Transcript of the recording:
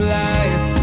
life